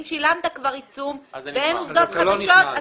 אם שילמת עיצום ואין עובדות חדשות,